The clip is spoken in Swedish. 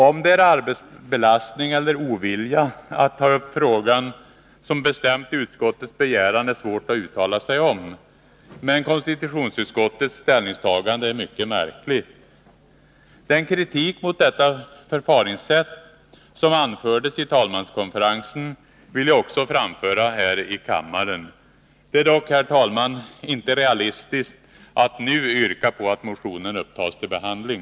Om det är arbetsbelastning eller ovilja att ta upp frågan som har bestämt utskottets begäran, är det svårt att uttala sig om, men konstitutionsutskottets ställningstagande är mycket märkligt. Den kritik mot detta förfaringssätt som anfördes i talmanskonferensen vill jag också framföra här i kammaren. Det är dock inte realistiskt att nu yrka på att motionen upptas till behandling.